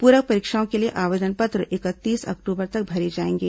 पूरक परीक्षाओं के लिए आवेदन पत्र इकतीस अक्टूबर तक भरे जाएंगे